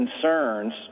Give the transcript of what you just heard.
concerns